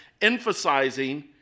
emphasizing